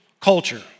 culture